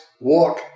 Walk